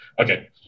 Okay